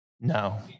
no